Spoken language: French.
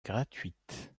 gratuites